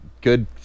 good